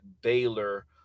baylor